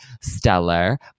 stellar